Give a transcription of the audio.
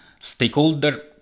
Stakeholder